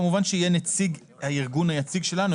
כמובן שיהיה נציג הארגון היציג שלנו,